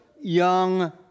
young